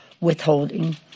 withholding